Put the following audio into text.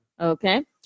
Okay